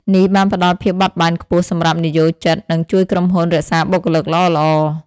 នេះបានផ្តល់ភាពបត់បែនខ្ពស់សម្រាប់និយោជិត និងជួយក្រុមហ៊ុនរក្សាបុគ្គលិកល្អៗ។